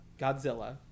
Godzilla